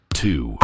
two